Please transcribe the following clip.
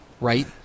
right